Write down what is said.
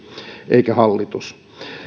eikä hallitus